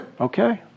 Okay